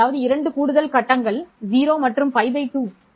அதாவது 2 கூடுதல் கட்டங்கள் 0 மற்றும் π 2